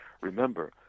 Remember